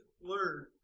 learn